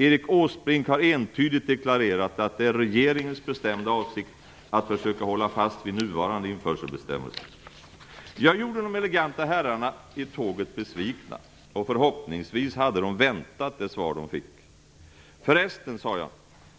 Erik Åsbrink har entydigt deklarerat att det är regeringens bestämda avsikt att försöka hålla fast vid nuvarande införselbestämmelser. Jag gjorde de eleganta herrarna i tåget besvikna. Förhoppningsvis hade de väntat det svar som de fick. Jag sade: Förresten,